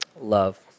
love